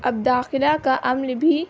اب داخلہ کا عمل بھی